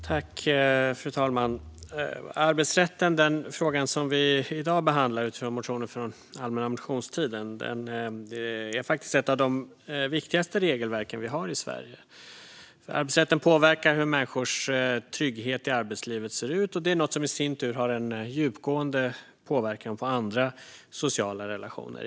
Fru talman! Arbetsrätten, den fråga som vi i dag behandlar utifrån motioner från allmänna motionstiden, är faktiskt ett av de viktigaste regelverk vi har i Sverige. Arbetsrätten påverkar hur människors trygghet i arbetslivet ser ut, och det är något som i sin tur har en djupgående påverkan på andra sociala relationer.